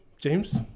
James